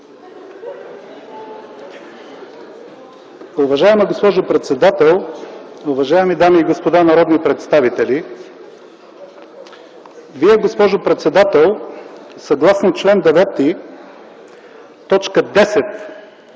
Уважаема госпожо председател, уважаеми дами и господа народни представители! Вие, госпожо председател, съгласно чл. 9, т.